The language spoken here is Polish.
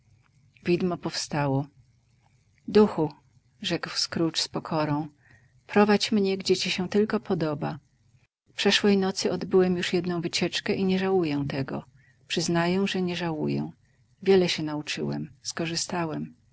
kosztowne widmo powstało duchu rzekł scrooge z pokorą prowadź mnie gdzie ci się podoba przeszłej nocy odbyłem już jedną wycieczkę i nie żałuję tego przyznaję że nie żałuję wiele się nauczyłem skorzystałem